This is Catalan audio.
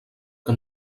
que